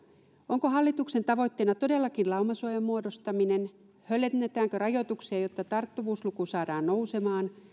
onko hallituksen tavoitteena todellakin laumasuojan muodostaminen höllennetäänkö rajoituksia jotta tarttuvuusluku saadaan nousemaan